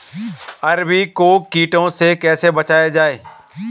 अरबी को कीटों से कैसे बचाया जाए?